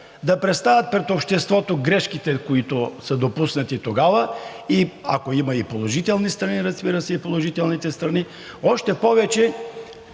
да представят пред обществото грешките, които са допуснати тогава, и ако има и положителни страни, разбира се, и положителните страни. Още повече